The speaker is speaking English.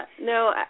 No